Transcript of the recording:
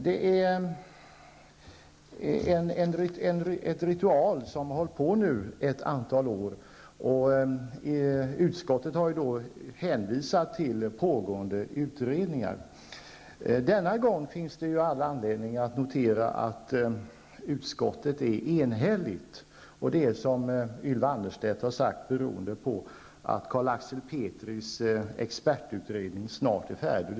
Denna ritual har pågått ett antal år, och utskottet har hänvisat till pågående utredningar. Denna gång finns det all anledning att notera att utskottet är enigt. Och det beror, som Ylva Annerstedt har sagt, på att Carl Axel Petris expertutredning snart är färdig.